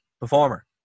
performer